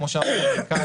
כמו שאמר המנכ"ל,